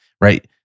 right